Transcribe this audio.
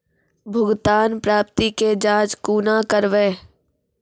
भुगतान प्राप्ति के जाँच कूना करवै?